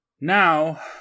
Now